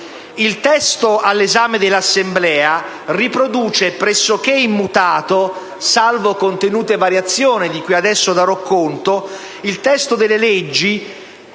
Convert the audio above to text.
Il testo all'esame dell'Assemblea riproduce pressoché immutato - salvo contenute variazioni di cui adesso darò conto - il testo della legge